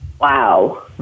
Wow